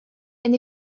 and